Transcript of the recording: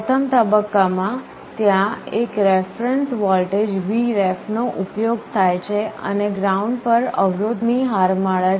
પ્રથમ તબક્કામાં ત્યાં એક રેફરેન્સ વોલ્ટેજ Vref નો ઉપયોગ થાય છે અને ગ્રાઉન્ડ પર અવરોધ ની હારમાળા છે